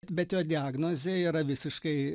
bet jo diagnozė yra visiškai